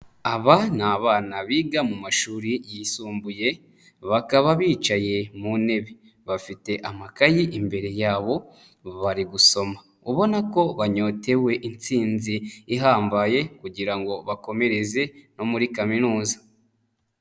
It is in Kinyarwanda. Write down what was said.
Aba ni abana biga mu mashuri yisumbuye, bakaba bicaye mu ntebe. Bafite amakayi imbere yabo bari gusoma ubona ko banyotewe intsinzi ihambaye kugira ngo bakomereze no muri Kaminuza.